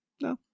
No